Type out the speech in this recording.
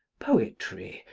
poetry,